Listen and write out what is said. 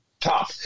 top